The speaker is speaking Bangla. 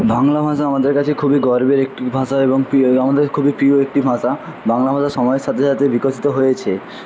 বাংলা ভাষা আমাদের কাছে খুবই গর্বের একটি ভাষা এবং প্রিয় আমাদের খুবই প্রিয় একটি ভাষা বাংলা ভাষা সময়ের সাথে সাথে বিকশিত হয়েছে